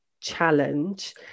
challenge